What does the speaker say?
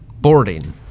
boarding